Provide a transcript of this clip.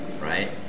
right